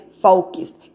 focused